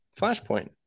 flashpoint